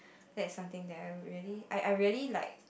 that's something that I would really I I really like